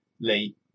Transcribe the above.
Lee